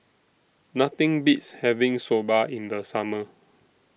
Nothing Beats having Soba in The Summer